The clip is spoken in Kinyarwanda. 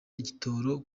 igitoro